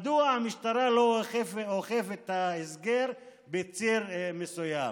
מדוע המשטרה לא אוכפת את הסגר בציר מסוים?